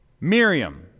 Miriam